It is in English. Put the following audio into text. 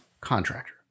contractor